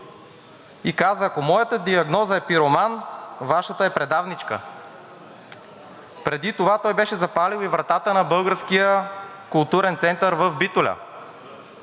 Каза: „Ако моята диагноза е пироман, Вашата е предавничка.“ Преди това той беше запалил и вратата на Българския културен център в Битоля.